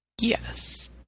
Yes